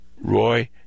Roy